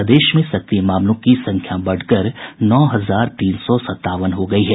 प्रदेश में सक्रिय मामलों की संख्या बढ़कर नौ हजार तीन सौ सतावन हो गयी है